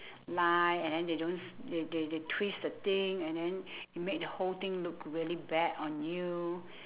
lie and then they don't s~ they they they twist the thing and then you make the whole thing look really bad on you